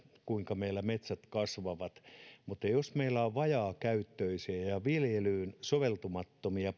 kuinka meillä metsät kasvavat mutta jos meillä on vajaakäyttöisiä ja ja viljelyyn soveltumattomia